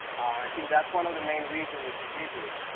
i think that's one of the main reason we can be good.